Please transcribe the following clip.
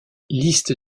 liste